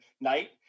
night